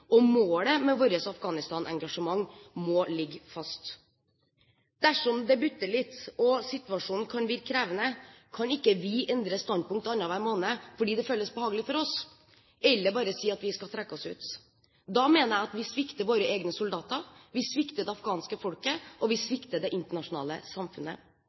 og målet med vårt Afghanistan-engasjement må ligge fast. Dersom det butter litt og situasjonen kan virke krevende, kan ikke vi endre standpunkt annenhver måned fordi det føles behagelig for oss, eller bare si at vi skal trekke oss ut. Da mener jeg at vi svikter våre egne soldater, vi svikter det afghanske folket, og vi svikter det internasjonale samfunnet.